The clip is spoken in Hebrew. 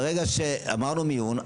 ברגע שאמרנו מיון,